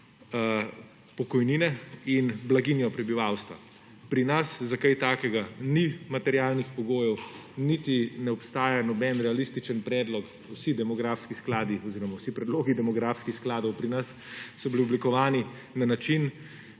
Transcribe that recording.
pokojnine in blaginjo prebivalstva. Pri nas za kaj takega ni materialnih pogojev, niti ne obstaja noben realističen predlog. Vsi predlogi demografskih skladov pri nas so bili oblikovani na način,